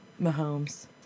Mahomes